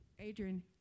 Adrian